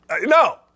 No